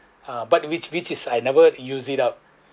ah but which which is I never use it up